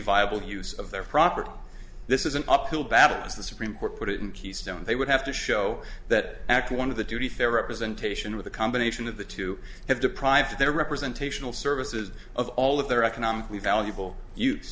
viable use of their property this is an uphill battle as the supreme court put it in keystone they would have to show that actually one of the to be fair representation with a combination of the two have deprived their representation of services of all of their economically valuable